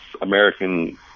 American